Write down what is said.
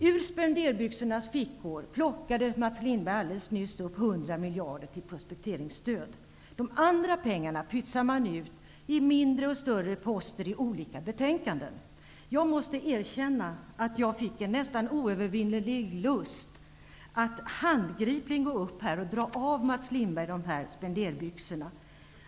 Ur spenderbyxornas fickor plockade Mats Lindberg alldeles nyss upp 100 miljoner till prospekteringsstöd. De andra pengarna pytsar man ut i mindre och större poster i olika betänkanden. Jag måste erkänna att jag fick en nästan oövervinnelig lust att gå upp till talarstolen och handgripligen dra av Mats Lindberg dessa spenderbyxor.